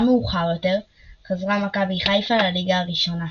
מאוחר יותר חזרה מכבי חיפה לליגה הראשונה.